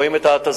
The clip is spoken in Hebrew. רואים את ההתזה,